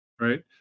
right